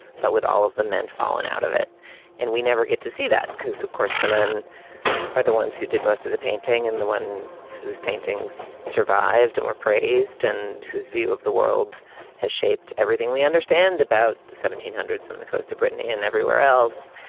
but with all of the men fallen out of it and we never get to see that, because, of course, the men are the ones who did most of the painting and the one whose paintings survived and were praised and whose view of the world has shaped everything we understand about the seventeen hundreds in the coast of britain and everywhere else.